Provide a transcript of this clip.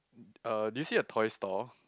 uh did you see a toy store